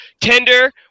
Tinder